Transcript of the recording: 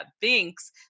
thinks